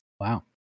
Wow